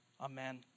Amen